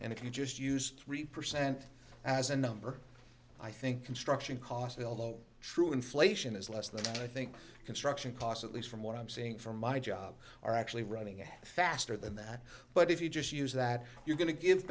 and if you just use three percent as a number i think construction costs will go true inflation is less than i think construction costs at least from what i'm seeing from my job are actually running at a faster than that but if you just use that you're going to give